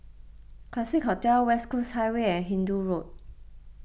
Classique Hotel West Coast Highway and Hindoo Road